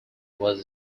was